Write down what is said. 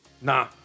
Nah